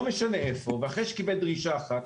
לא משנה איפה, אחרי שקיבל דרישה אחת